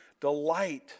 delight